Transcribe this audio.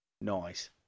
Nice